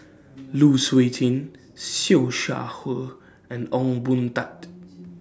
Lu Suitin Siew Shaw Her and Ong Boon Tat